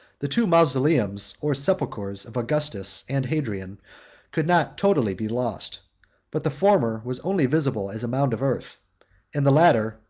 the two mausoleums or sepulchres of augustus and hadrian could not totally be lost but the former was only visible as a mound of earth and the latter,